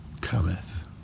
cometh